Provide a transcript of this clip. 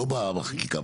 לא בחקיקה,